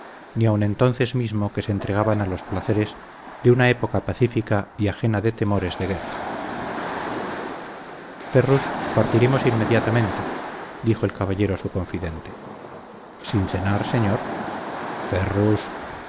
ni aun entonces mismo que se entregaban a los placeres de una época pacífica y ajena de temores de guerra ferrus partiremos inmediatamente dijo el caballero a su confidente sin cenar señor ferrus